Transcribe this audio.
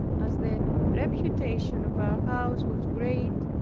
as the reputation of our house was great,